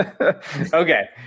okay